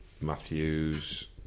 Matthews